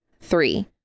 Three